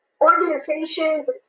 organizations